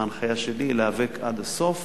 ההנחיה שלי היא להיאבק עד הסוף